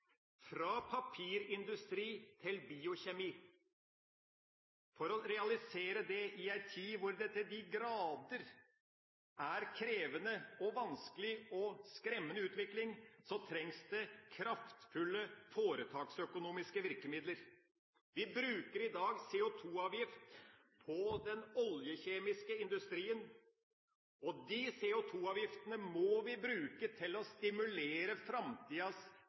fra papirindustri til biokjemi. For å realisere det i ei tid hvor det til de grader er krevende og vanskelig – og med en skremmende utvikling – trengs det kraftfulle foretaksøkonomiske virkemidler. Vi bruker i dag CO2-avgift på den oljekjemiske industrien, og de CO2-avgiftene må vi bruke til å stimulere framtidas